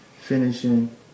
finishing